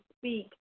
speak